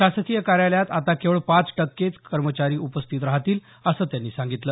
शासकीय कार्यालयात आता केवळ पाच टक्के कर्मचारीच उपस्थित राहतील असं त्यांनी सांगितलं